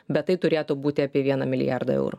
bet tai turėtų būti apie vieną milijardą eurų